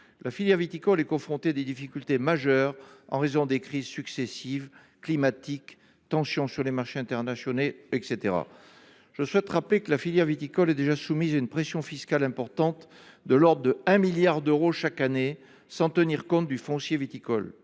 la filière viticole est confrontée à des difficultés majeures à la suite de crises successives – crise climatique, tensions sur les marchés internationaux… En outre, cette filière est déjà soumise à une pression fiscale importante, de l’ordre de 1 milliard d’euros chaque année, sans tenir compte du foncier viticole.